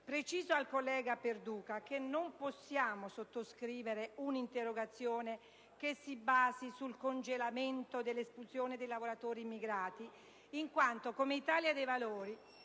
Preciso al collega Perduca che non possiamo sottoscrivere un'interrogazione che si basi sul congelamento dell'espulsione dei lavoratori immigrati in quanto, come Italia dei Valori,